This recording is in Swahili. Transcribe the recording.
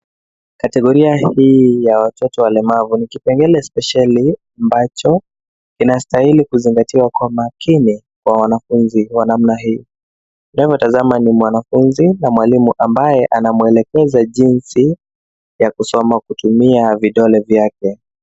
Kategoria hii ya watoto walemavu. Ni kipengele spesheli ambacho kinastahili kuzingatiwa kwa makini kwa wanafunzi wa namna hii. Tunavyotazama ni mwanafunzi na mwalimu, ambaye anamwelekeza jinsi ya kusoma kutumia vidole vyake.